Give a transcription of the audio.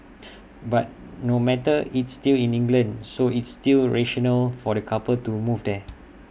but no matter it's still in England so it's still rational for the couple to move there